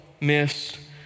miss